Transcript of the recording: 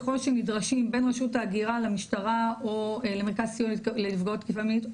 ככל שנדרשים בין רשות ההגירה למשטרה או למרכז סיוע לנפגעות תקיפה מינית,